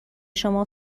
شما